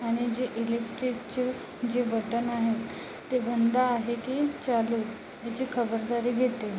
आणि जे इलेक्ट्रिकचे जे बटन आहे ते बंद आहे की चालू याची खबरदारी घेते